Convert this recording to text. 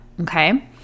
okay